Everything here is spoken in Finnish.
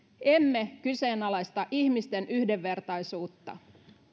emme kyseenalaista ihmisten yhdenvertaisuutta